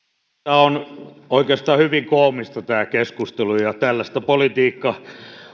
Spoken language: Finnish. on oikeastaan hyvin koomista ja tällaista politiikka